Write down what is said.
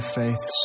faith